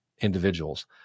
individuals